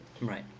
right